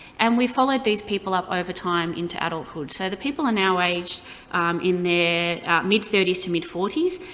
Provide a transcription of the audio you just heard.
and we followed these people up over time into adulthood. so the people are now aged in their mid thirty s to mid forty s,